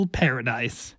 paradise